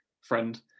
friend